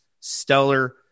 stellar